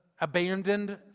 abandoned